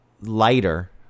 lighter